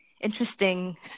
interesting